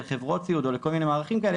שלחברות סיעוד וכל מיני מערכים כאלה,